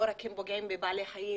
הם לא רק פוגעים בבעלי חיים.